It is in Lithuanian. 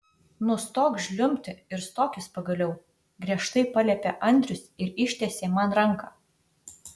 nustok žliumbti ir stokis pagaliau griežtai paliepė andrius ir ištiesė man ranką